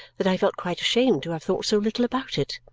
that i felt quite ashamed to have thought so little about it.